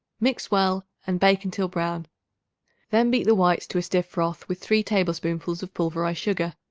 mix well and bake until brown then beat the whites to a stiff froth with three tablespoonfuls of pulverized sugar.